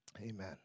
Amen